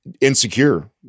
insecure